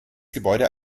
gebäude